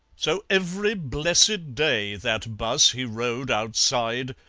so every blessed day that bus he rode outside,